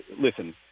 listen